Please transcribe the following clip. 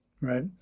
right